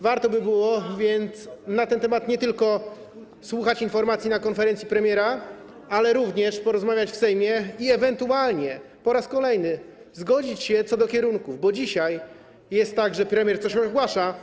Warto by było więc nie tylko słuchać informacji na ten temat na konferencji premiera, ale również porozmawiać w Sejmie i ewentualnie po raz kolejny zgodzić się co do kierunków, bo dzisiaj jest tak, że premier coś ogłasza.